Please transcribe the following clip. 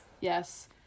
yes